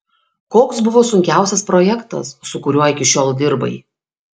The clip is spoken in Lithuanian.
koks buvo sunkiausias projektas su kuriuo iki šiol dirbai